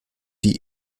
die